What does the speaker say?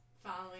following